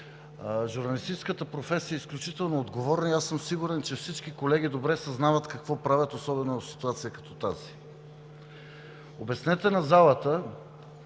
Журналистическата професия е изключително отговорна и аз съм сигурен, че всички колеги добре съзнават какво правят, особено в ситуация като тази. Обяснете на залата